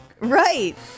Right